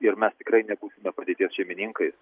ir mes tikrai nebūsime padėties šeimininkais